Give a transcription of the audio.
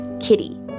kitty